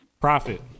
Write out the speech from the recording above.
Profit